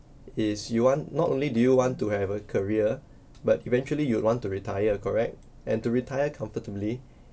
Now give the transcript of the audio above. is you want not only do you want to have a career but eventually you would want to retire correct and to retire comfortably